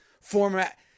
format